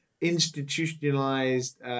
institutionalized